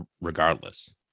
regardless